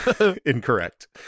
incorrect